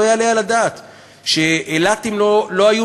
לא יעלה על הדעת שאילתים לא היו